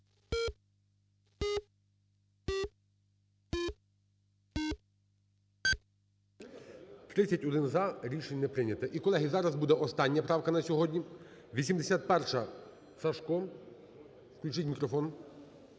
За-31 Рішення не прийнято. І, колеги, зараз буде остання правка на сьогодні – 81-а. Сажко, включіть мікрофон.